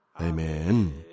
Amen